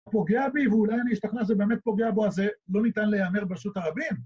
פוגע בי, ואולי אני אשתכנע שזה באמת פוגע בו, אז זה לא ניתן להיאמר ברשות הרבים